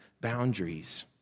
boundaries